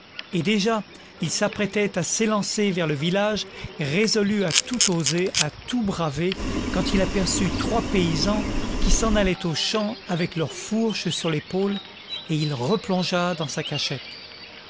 et déjà il s'apprêtait à s'élancer vers le village résolu à tout oser à tout braver quand il aperçut trois paysans qui s'en allaient aux champs avec leur fourches sur l'épaule et il replongea dans sa cachette